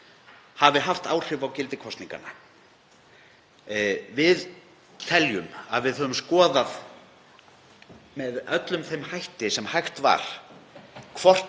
hafi haft áhrif á gildi kosninganna. Við teljum að við höfum skoðað með öllum þeim hætti sem hægt var hvort